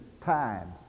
time